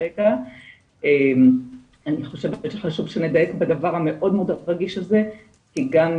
-- אני חושבת שחשוב שנדייק בדבר המאוד רגיש הזה כי גם